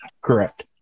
correct